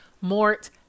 Mort